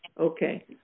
Okay